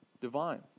divine